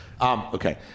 Okay